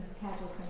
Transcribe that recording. casual